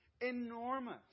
enormous